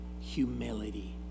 humility